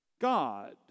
God